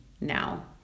now